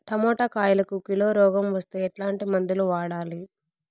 Tomato కాయలకు kilo రోగం వస్తే ఎట్లాంటి మందులు వాడాలి?